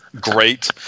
great